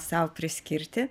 sau priskirti